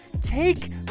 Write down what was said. take